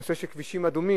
נושא של כבישים אדומים,